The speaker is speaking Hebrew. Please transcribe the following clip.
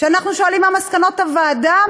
כשאנחנו שואלים מה מסקנות הוועדה,